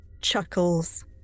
chuckles